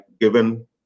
given